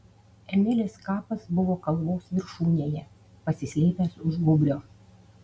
emilės kapas buvo kalvos viršūnėje pasislėpęs už gūbrio